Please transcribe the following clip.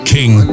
King